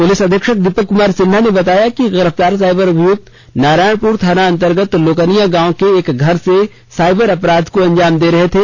police अधीक्षक दीपक कुमार सिन्हा ने बताया कि गिरफ्तार साइबर अभियुक्त नारायणपुर थाना अंतर्गत लोकनिया गांव के एक घर से साइबर अपराध को अंजाम दे रहे थे